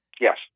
Yes